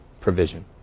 provision